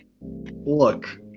Look